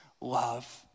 love